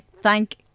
Thank